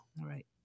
Right